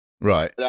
Right